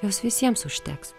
jos visiems užteks